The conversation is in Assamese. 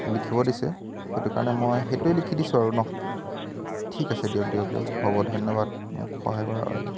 লিখিব দিছে সেইটো কাৰণে মই সেইটোৱে লিখি দিছোঁ আৰু ন' ঠিক আছে দিয়ক দিয়ক দিয়ক হ'ব ধন্যবাদ মোক সহায় কৰাৰ বাবে